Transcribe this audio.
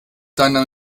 deiner